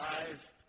eyes